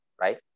right